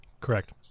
Correct